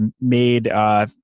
made –